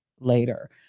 later